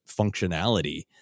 functionality